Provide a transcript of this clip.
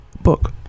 book